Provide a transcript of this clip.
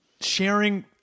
sharing